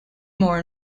more